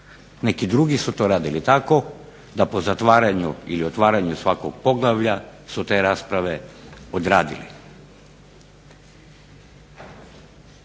Neki drugi su to radili tako da po zatvaranju ili otvaranju svakog poglavlja su te rasprave odradili.